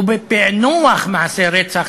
ובפענוח מעשי רצח.